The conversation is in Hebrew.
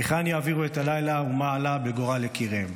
היכן יעבירו את הלילה ומה עלה בגורל יקיריהם.